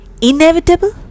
Inevitable